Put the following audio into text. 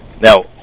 Now